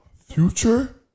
Future